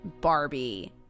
Barbie